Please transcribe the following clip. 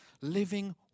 Living